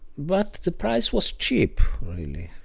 but the price was cheap.